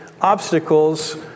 obstacles